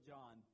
John